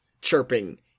chirping